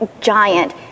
giant